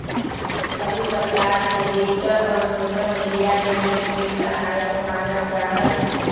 सभी प्रकार से डिजिटल और सोसल मीडिया के वित्त के सहायक मानल जाहई